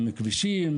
עם כבישים,